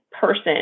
person